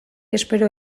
espero